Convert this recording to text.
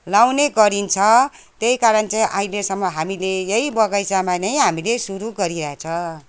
लाउने गरिन्छ त्यही कारण चाहिँ अहिलेसम्म हामीले यही बगैँचामा नै हामीले सुरु गरिएको छ